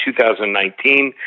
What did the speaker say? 2019